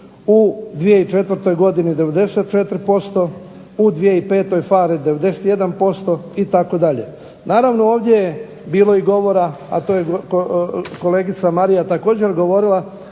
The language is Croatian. u 2004. godini 94%, u 2005. PHARE 91% itd. Naravno, ovdje je bilo govora, a to je kolegica Marija također govorila